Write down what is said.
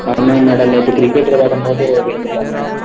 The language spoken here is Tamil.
ஆமாங்க மேடம் நேற்று கிரிக்கெட் விளாடும்போது விழுந்துட்டேங்க